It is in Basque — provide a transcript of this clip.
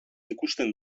ikusten